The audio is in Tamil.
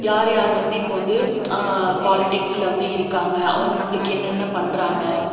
யார் யார் வந்து இப்போது வந்து பாலிடிக்ஸில் வந்து இருக்காங்க அவங்க நம்மளுக்கு என்னென்ன பண்ணுறாங்க